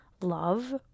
love